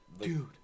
Dude